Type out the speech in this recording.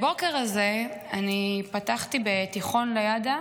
את הבוקר הזה אני פתחתי בתיכון ליד"ה,